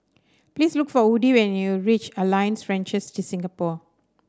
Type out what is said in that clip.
please look for Woody when you reach Alliance Francaise de Singapour